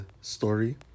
story